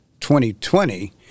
2020